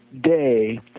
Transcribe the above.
day